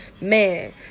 Man